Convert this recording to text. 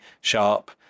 Sharp